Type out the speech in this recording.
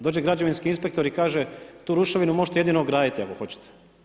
Dođe građevinski inspektor i kaže, tu ruševinu možete jedino ograditi ako hoćete.